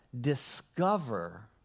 discover